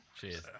Cheers